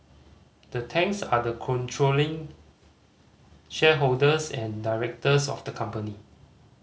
the Tangs are the controlling shareholders and directors of the company